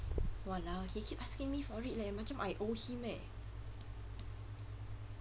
!walao! he keep asking me for it leh macam I owe him eh